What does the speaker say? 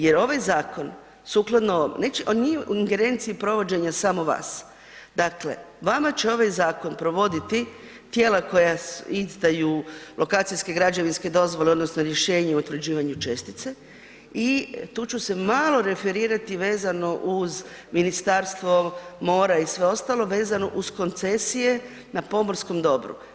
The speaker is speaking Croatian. Jer ovaj zakon sukladno, on nije u ingerenciji provođenja samo vas, dakle vama će ovaj zakon provoditi tijela koja izdaju lokacijske, građevinske dozvole odnosno rješenje o utvrđivanju čestice i tu ću se malo referirati vezano uz Ministarstvo mora i sve ostalo, vezano uz koncesije na pomorskom dobru.